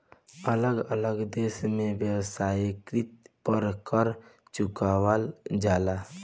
अलग अलग देश में वेश्यावृत्ति पर कर चुकावल जाला